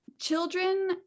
children